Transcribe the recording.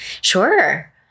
Sure